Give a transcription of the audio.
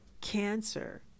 cancer